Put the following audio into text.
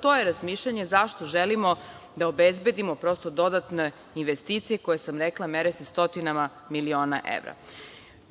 To je razmišljanje zašto želimo da obezbedimo dodatne investicije, koje se mere stotinama miliona